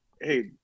Hey